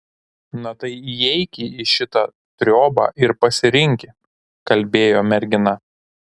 na tai įeiki į šitą triobą ir pasirinki kalbėjo mergina